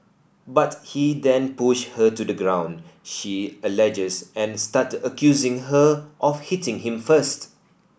but he then pushed her to the ground she alleges and started accusing her of hitting him first